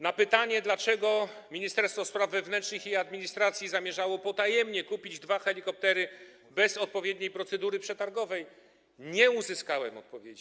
Na pytanie, dlaczego Ministerstwo Spraw Wewnętrznych i Administracji zamierzało potajemnie kupić dwa helikoptery bez odpowiedniej procedury przetargowej, nie uzyskałem odpowiedzi.